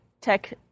Tech